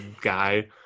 guy